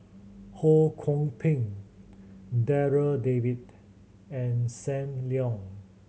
Ho Kwon Ping Darryl David and Sam Leong